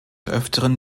öfteren